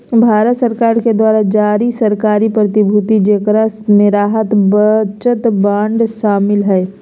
भारत सरकार द्वारा जारी सरकारी प्रतिभूति जेकरा मे राहत बचत बांड शामिल हइ